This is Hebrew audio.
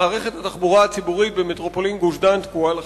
ובסיכום: מערכת התחבורה הציבורית במטרופולין גוש-דן תקועה לחלוטין.